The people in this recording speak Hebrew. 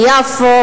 ביפו,